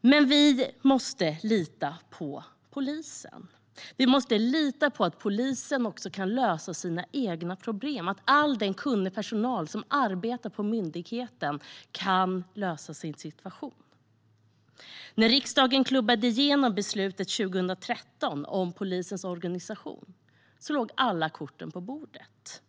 Vi måste dock lita på polisen. Vi måste lita på att polisen kan lösa sina egna problem och att all den kunniga personal som arbetar på myndigheten kan klara sin situation. När riksdagen klubbade igenom beslutet om polisens organisation 2013 låg alla kort på bordet.